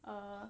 uh